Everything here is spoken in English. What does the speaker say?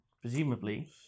presumably